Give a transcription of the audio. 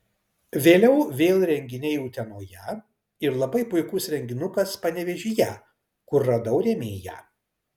vėliau vėl renginiai utenoje ir labai puikus renginukas panevėžyje kur radau rėmėją